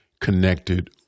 connected